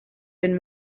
been